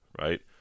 Right